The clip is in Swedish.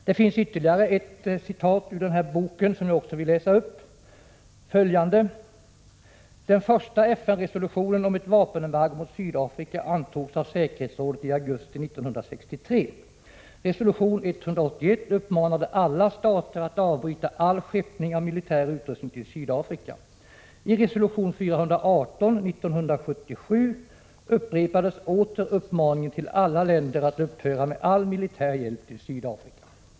Det är ytterligare ett avsnitt som jag vill läsa in: ”Den första FN-resolutionen om ett vapenembargo mot Sydafrika antogs av säkerhetsrådet i augusti 1963. Resolution 181 uppmanade alla stater att avbryta all skeppning av militär utrustning till Sydafrika. I resolution 418, 1977, upprepades åter uppmaningen till alla länder att upphöra med all militär hjälp till Sydafrika.